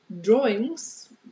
drawings